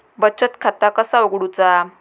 बचत खाता कसा उघडूचा?